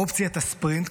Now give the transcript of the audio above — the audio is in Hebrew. אופציית הספרינט,